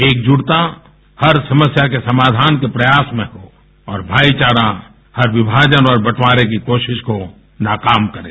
एकजुटता हर समस्या के समाधान का प्रयास में हो और भाईचारा और विभाजन और बंटवारें की कोशिश को नाकाम करें